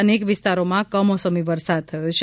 નેક વિસ્તારોમાં કમોસમી વરસાદ થયો છે